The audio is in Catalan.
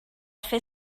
fer